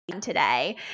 today